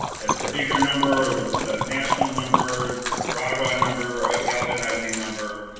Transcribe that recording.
the the bigger number, the the national number is a rah-rah rah-rah number, a galvanizing number,